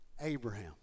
Abraham